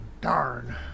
Darn